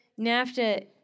NAFTA